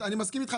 אני מסכים איתך,